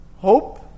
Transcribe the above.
Hope